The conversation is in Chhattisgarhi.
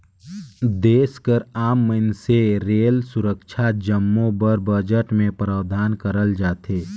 देस कर आम मइनसे रेल, सुरक्छा जम्मो बर बजट में प्रावधान करल जाथे